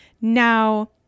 Now